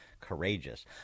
courageous